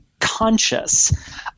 conscious